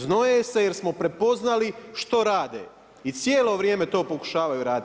Znoje se jer smo prepoznali što rade i cijelo vrijeme to pokušavaju raditi.